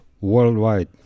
worldwide